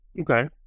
Okay